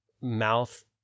mouth